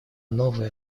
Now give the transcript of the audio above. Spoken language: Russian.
новый